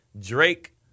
Drake